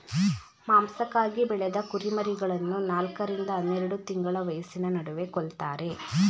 ಮಾಂಸಕ್ಕಾಗಿ ಬೆಳೆದ ಕುರಿಮರಿಗಳನ್ನು ನಾಲ್ಕ ರಿಂದ ಹನ್ನೆರೆಡು ತಿಂಗಳ ವಯಸ್ಸಿನ ನಡುವೆ ಕೊಲ್ತಾರೆ